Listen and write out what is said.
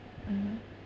mmhmm